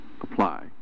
Apply